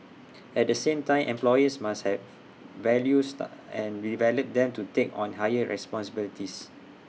at the same time employers must have value staff and develop them to take on higher responsibilities